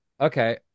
Okay